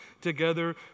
together